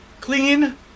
Clean